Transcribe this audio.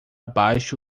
baixo